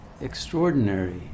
extraordinary